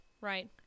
right